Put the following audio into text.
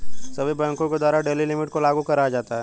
सभी बैंकों के द्वारा डेली लिमिट को लागू कराया जाता है